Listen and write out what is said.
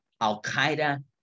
Al-Qaeda